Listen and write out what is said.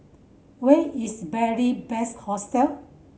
where is Beary Best Hostel